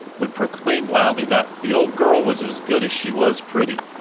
would proclaim loudly that the old girl was as good as she was pretty.